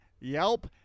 Yelp